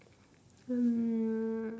hmm